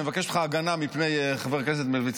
אני מבקש ממך הגנה מפני חבר הכנסת מלביצקי.